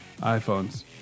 iPhones